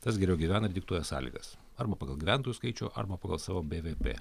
tas geriau gyvena diktuoja sąlygas arba pagal gyventojų skaičių arba pagal savo bvp